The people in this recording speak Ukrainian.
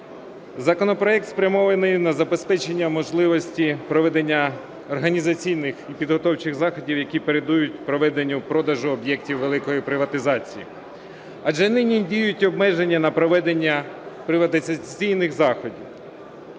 Законопроект спрямовано на забезпечення можливості проведення організаційних, підготовчих заходів, які передують проведенню продажу об'єктів великої приватизації. Адже нині діють обмеження на проведення приватизаційних заходів.